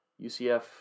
UCF